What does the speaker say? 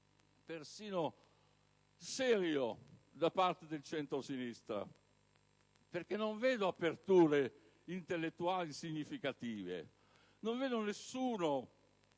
persino serio da parte del centrosinistra, perché non vedo aperture intellettuali significative. Non vedo nessuno